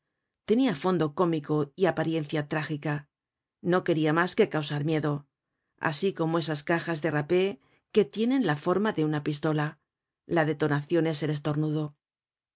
tenia fondo cómico y apariencia trágica no queria mas que causar miedo asi como esas cajas de rapé que tienen la forma de una pistola la detonacion es el estornudo